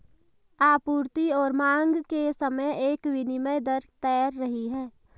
आपूर्ति और मांग के समय एक विनिमय दर तैर रही है